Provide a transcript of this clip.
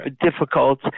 difficult